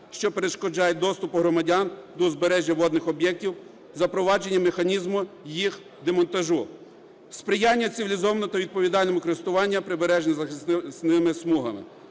що перешкоджають доступу громадян до узбережжя водних об'єктів, запровадження механізму їх демонтажу; сприяння цивілізованому та відповідальному користуванню прибережними захисними смугами.